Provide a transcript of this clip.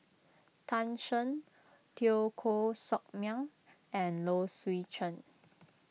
Tan Shen Teo Koh Sock Miang and Low Swee Chen